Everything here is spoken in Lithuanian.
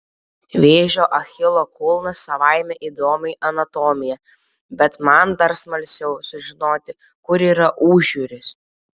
vėžio achilo kulnas savaime įdomi anatomija bet man dar smalsiau sužinoti kur yra užjūris